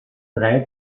drei